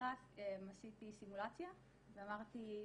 --- בהתחלה עשיתי סימולציה ואמרתי,